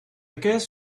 guess